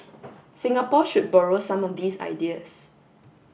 Singapore should borrow some of these ideas